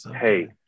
Hey